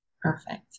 Perfect